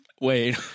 Wait